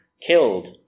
killed